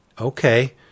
okay